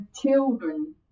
children